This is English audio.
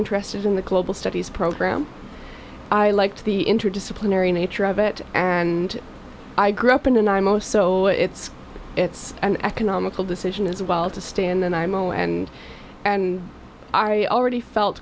interested in the global studies program i liked the interdisciplinary nature of it and i grew up in and imo so it's it's an economical decision as well to stand and imo and i already felt